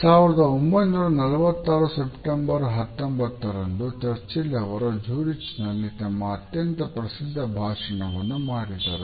1946ರ September 19ರಂದು Churchill ಅವರು ಜುರಿಚ್ನಲ್ಲಿ ತಮ್ಮ ಅತ್ಯಂತ ಪ್ರಸಿದ್ಧ ಭಾಷಣವನ್ನು ಮಾಡಿದರು